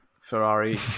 Ferrari